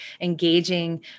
engaging